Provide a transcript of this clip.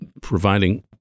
providing